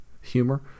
Humor